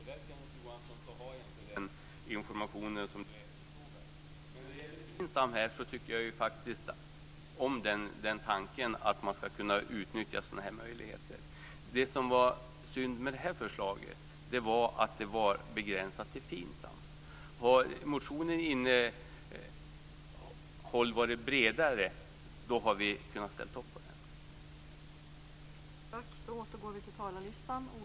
Fru talman! Tyvärr, Kenneth Johansson, har jag inte den information som Kenneth Johansson frågar efter. När det gäller FINSAM tycker jag om tanken att man ska kunna utnyttja sådana här möjligheter. Det som var synd med det här förslaget var att det var begränsat till FINSAM. Om motionens innehåll hade varit bredare hade vi kunnat ställa upp på den.